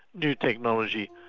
new technology,